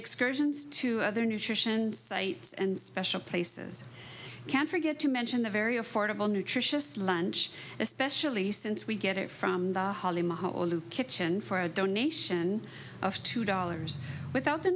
excursions to other nutrition states and special places can forget to mention the very affordable nutritious lunch especially since we get it from halim a whole new kitchen for a donation of two dollars without the